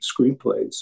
screenplays